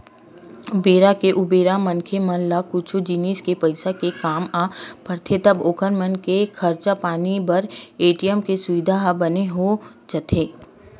बेरा के उबेरा मनखे मन ला कुछु जिनिस के पइसा के काम आ पड़थे तब ओखर मन के खरचा पानी बर ए.टी.एम के सुबिधा ह बने हो जाथे